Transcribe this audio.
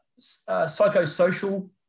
psychosocial